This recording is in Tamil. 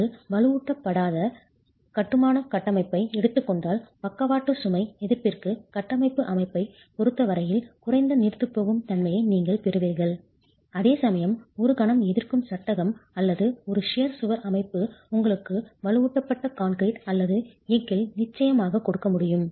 நீங்கள் வலுவூட்டப்படாத கட்டுமான கட்டமைப்பை எடுத்துக் கொண்டால் பக்கவாட்டு லேட்ரல் சுமை எதிர்ப்பிற்கு கட்டமைப்பு அமைப்பைப் பொருத்தவரையில் குறைந்த நீர்த்துப்போகும் தன்மையை நீங்கள் பெறுவீர்கள் அதேசமயம் ஒரு கணம் எதிர்க்கும் சட்டகம் அல்லது ஒரு ஷியர் கத்தரிப்பது சுவர் அமைப்பு உங்களுக்கு வலுவூட்டப்பட்ட கான்கிரீட் அல்லது எஃகில் நிச்சயமாக கொடுக்க முடியும்